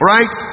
Right